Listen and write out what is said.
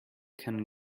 can